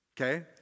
okay